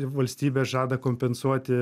valstybė žada kompensuoti